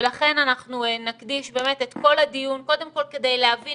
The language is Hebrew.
ולכן אנחנו נקדיש את כל הדיון קודם כל כדי להבין